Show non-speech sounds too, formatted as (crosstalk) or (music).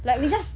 (laughs)